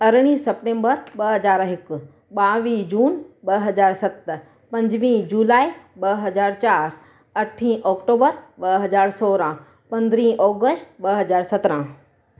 अरड़िहं September ॿ हज़ार हिकु ॿावीह जून ॿ हज़ार सत पंजुवीह जुलाई ॿ हज़ार चारि अठ ऑक्टोबर ॿ हज़ार सोरहं पंद्रहं ऑगश्ट ॿ हज़ार सत्रहं